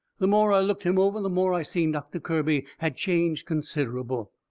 the more i looked him over the more i seen doctor kirby had changed considerable.